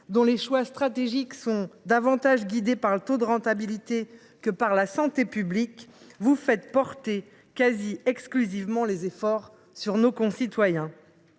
dont les choix stratégiques sont davantage guidés par le taux de rentabilité que par la santé collective, vous souhaitez faire reposer presque exclusivement les efforts sur nos concitoyens.